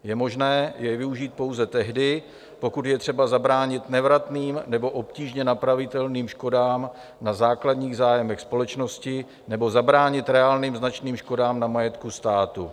Je možné jej využít pouze tehdy, pokud je třeba zabránit nevratným nebo obtížně napravitelným škodám na základních zájmech společnosti nebo zabránit reálným značným škodám na majetku státu.